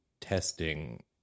testing